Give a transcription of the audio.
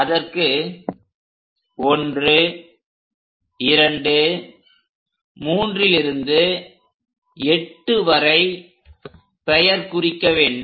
அதற்கு 1 2 3 லிருந்து 8 வரை பெயர் குறிக்க வேண்டும்